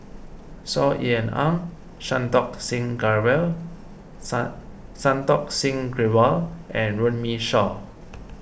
Saw Ean Ang Santokh Singh Grewal Santokh Singh Grewal and Runme Shaw